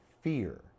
fear